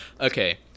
Okay